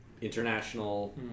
international